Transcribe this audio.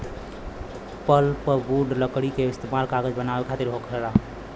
pulpwood लकड़ी क इस्तेमाल कागज बनावे खातिर होला